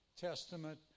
testament